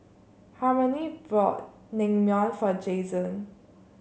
Harmony bought Naengmyeon for Jason